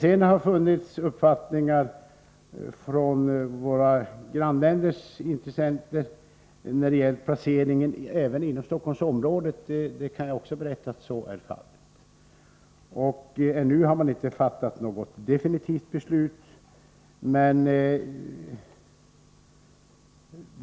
Jag kan berätta att våra grannländers intressenter har uttryckt uppfattningar även beträffande placeringen inom Stockholmsområdet. Ännu har SAS inte fattat något definitivt beslut.